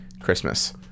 Christmas